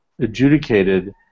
adjudicated